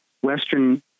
Western